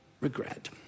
regret